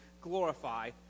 glorify